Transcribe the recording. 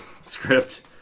script